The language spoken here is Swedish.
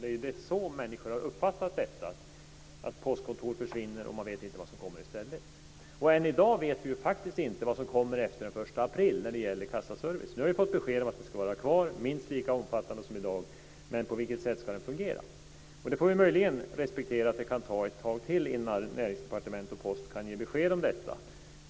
Det är ju så människor har uppfattat detta; att postkontor försvinner och att man inte vet vad som kommer i stället. Än i dag vet vi faktiskt inte vad som kommer att hända efter den 1 april när det gäller kassaservicen. Vi har fått besked om att den ska vara kvar och att den ska vara minst lika omfattande som i dag. Men på vilket sätt ska den fungera? Vi får möjligen respektera att det kan ta ett tag till innan näringsdepartement och post kan ge besked om detta.